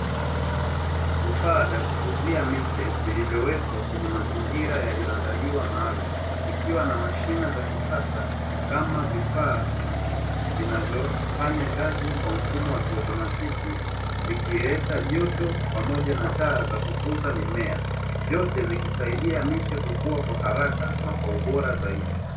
Vifaa vya kukuza miche vilivyowekwa kwenye mazingira yaliyoandaliwa maalum, vikiwa na mashine za kisasa na vifaa vinavyofanya kazi kwa mfumo wa kiotomatiki, vikileta joto pamoja na taa za kukuza mimea, vyote vikisaidia miche kukua kwa haraka na kwa ubora zaidi.